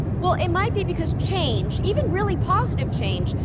well, it might be because change, even really positive change,